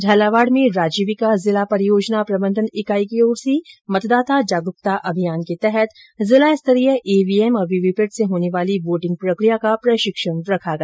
झालावाड में राजीविका जिला परियोजना प्रबंधन इकाई की ओर से मतदाता जागरूकता अभियान के अन्तर्गत जिला स्तरीय ईवीएम वीवीपेट से होने वाली वोटिंग प्रक्रिया का प्रशिक्षण रखा गया